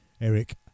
Eric